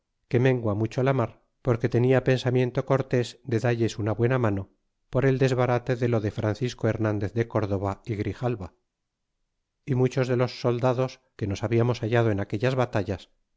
que mengua mucho la mar porque tenia pensamiento cortés de dalles una buena mano por el desbarate de lo de francisco hernandez de córdoba y grijalva y muchos de los soldados que nos hablamos hallado en aquellas batallas